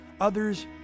others